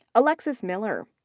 alexis miller.